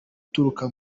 ituruka